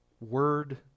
word